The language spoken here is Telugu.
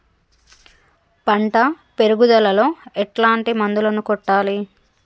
పంట పెరుగుదలలో ఎట్లాంటి మందులను కొట్టాలి?